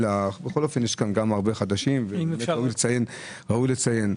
בכל אופן יש כאן הרבה חברי כנסת חדשים אז ראוי לציין.